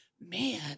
Man